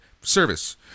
service